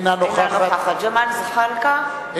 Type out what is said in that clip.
אינה נוכחת ג'מאל זחאלקה,